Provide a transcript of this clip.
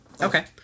Okay